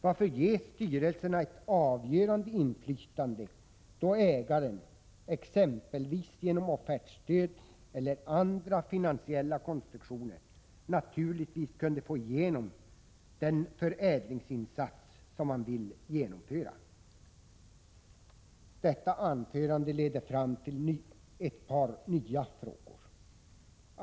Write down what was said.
Varför ges inte styrelserna ett avgörande inflytande, då ägaren exempelvis 23 genom offertstöd och andra finansiella konstruktioner naturligtvis kunde få igenom den förädlingsinsats man vill genomföra? Detta anförande leder fram till några nya frågor.